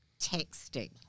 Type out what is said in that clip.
texting